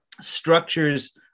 structures